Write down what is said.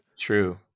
true